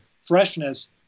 freshness